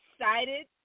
excited